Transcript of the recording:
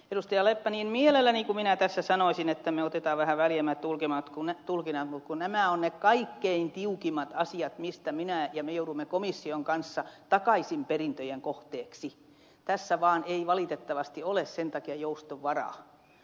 leppä niin mielelläni kuin minä tässä sanoisin että me otamme vähän väljemmät tulkinnat niin kun nämä ovat ne kaikkein tiukimmat asiat joista minä ja me joudumme komission kanssa takaisinperintöjen kohteeksi niin tässä vaan ei valitettavasti ole sen takia jouston varaa